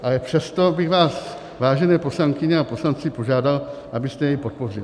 Ale přesto bych vás, vážené poslankyně a poslanci požádal, abyste mě podpořili.